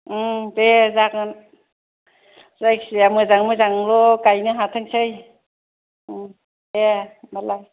उम दे जागोन जायखिया मोजाङै मोजांल' गायनो हाथोंसै उम दे होनबालाय